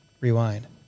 rewind